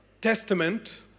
Testament